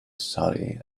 surrey